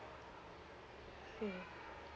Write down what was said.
hmm